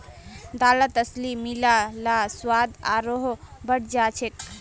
दालत अलसी मिला ल स्वाद आरोह बढ़ जा छेक